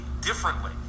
differently